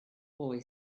boy